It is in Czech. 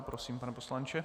Prosím, pane poslanče.